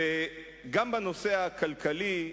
גם בנושא הכלכלי,